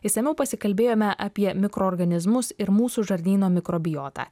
išsamiau pasikalbėjome apie mikroorganizmus ir mūsų žarnyno mikrobiotą